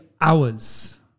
hours